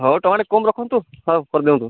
ହଉ ଟଙ୍କାଟେ କମ୍ ରଖନ୍ତୁ ହଉ କରିଦିଅନ୍ତୁ